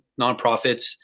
nonprofits